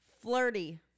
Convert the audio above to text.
flirty